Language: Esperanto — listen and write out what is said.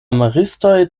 maristoj